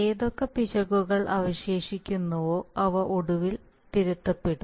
ഏതൊക്കെ പിശകുകൾ അവശേഷിക്കുന്നുവോ അവ ഒടുവിൽ തിരുത്തപ്പെടും